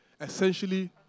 essentially